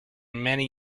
many